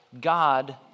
God